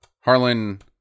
Harlan